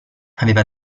aveva